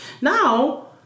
Now